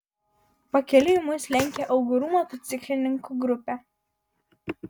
pakeliui mus lenkė uigūrų motociklininkų grupė